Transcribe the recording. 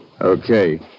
Okay